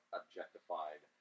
objectified